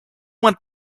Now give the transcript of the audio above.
want